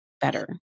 better